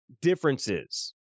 differences